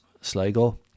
Sligo